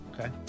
okay